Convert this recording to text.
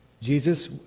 Jesus